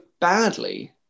badly